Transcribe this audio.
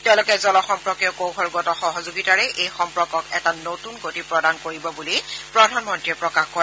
তেওঁলোকে জল সম্পৰ্কীয় কৌশলগত সহযোগিতাৰে এই সম্পৰ্কক এটা নতন গতি প্ৰদান কৰিব বুলি প্ৰধানমন্ত্ৰীয়ে প্ৰকাশ কৰে